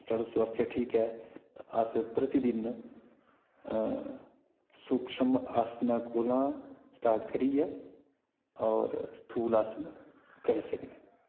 साढ़ा स्वास्थ्य ठीक ऐ ते अस प्रतिदिन सुक्ष्म आसन कोला स्टार्ट करियै होर स्थूल आसन करी सकने